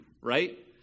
right